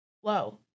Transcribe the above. Whoa